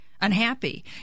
unhappy